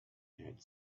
had